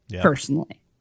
personally